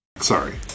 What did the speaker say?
Sorry